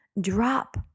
drop